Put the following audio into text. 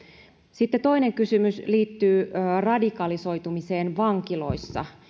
sitten toinen kysymys liittyy radikalisoitumiseen vankiloissa